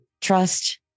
trust